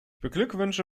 beglückwünsche